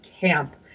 camp